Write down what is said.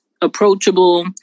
approachable